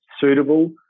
suitable